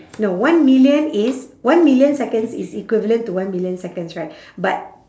no one million is one million seconds is equivalent to one million seconds right but